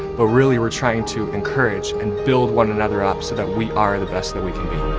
but really we're trying to encourage and build one another up so that we are the best that we can be.